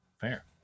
Fair